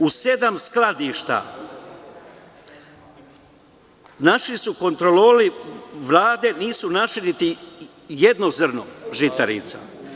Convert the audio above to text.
U sedam skladišta kontrolori Vlade nisu našli niti jedno zrno žitarica.